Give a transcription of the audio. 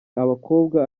abakobwa